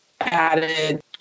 added